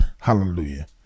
Hallelujah